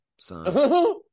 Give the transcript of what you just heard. son